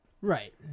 Right